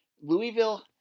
Louisville